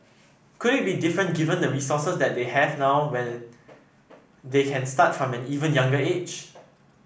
could it be different given the resources that they have now where they can start from an even younger age